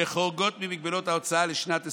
שחורגות ממגבלת ההוצאה לשנת 2020,